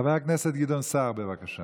חבר הכנסת גדעון סער, בבקשה.